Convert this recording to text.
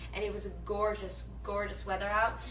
and it was a gorgeous, gorgeous weather out.